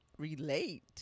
Relate